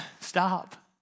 Stop